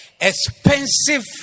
Expensive